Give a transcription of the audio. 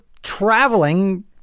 traveling